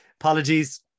Apologies